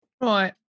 Right